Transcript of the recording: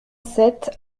sept